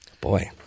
Boy